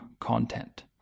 content